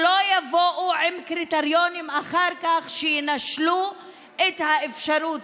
שלא יבואו אחר כך עם קריטריונים שינשלו מהאפשרות.